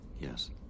Yes